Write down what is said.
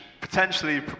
Potentially